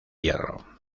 hierro